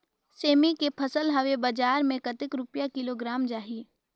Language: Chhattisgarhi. सेमी के फसल हवे बजार मे कतेक रुपिया किलोग्राम जाही?